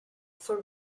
for